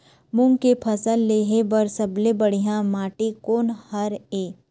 मूंग के फसल लेहे बर सबले बढ़िया माटी कोन हर ये?